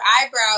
eyebrow